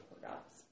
forgot